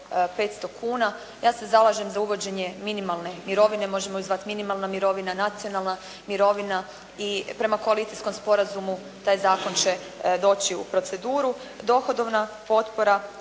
ja se zalažem za uvođenje minimalne mirovine, možemo je zvati minimalna mirovina, nacionalna mirovina i prema koalicijskom sporazumu taj zakon će doći u proceduru.